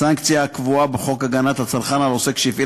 הסנקציה הקבועה בחוק הגנת הצרכן על עוסק שהפעיל